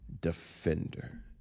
defender